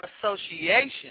association